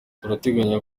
turateganya